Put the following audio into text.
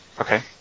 Okay